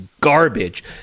garbage